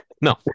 No